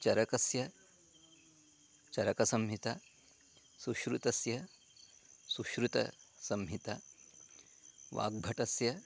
चरकस्य चरकसंहिता शुश्रुतस्य शुश्रुतसंहिता वाग्भटस्य